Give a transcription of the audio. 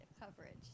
coverage